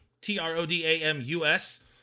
T-R-O-D-A-M-U-S